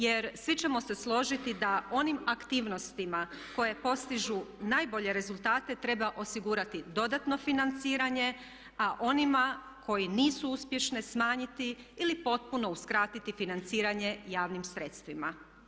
Jer svi ćemo se složiti da onim aktivnostima koje postižu najbolje rezultate treba osigurati dodatno financiranje, a onima koji nisu uspješne smanjiti ili potpuno uskratiti financiranje javnim sredstvima.